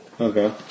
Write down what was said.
Okay